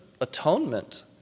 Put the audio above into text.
atonement